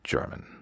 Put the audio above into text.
German